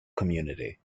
community